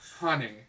Honey